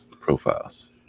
profiles